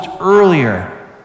earlier